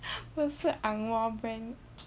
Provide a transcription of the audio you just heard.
不是 ang moh brand